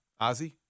Ozzy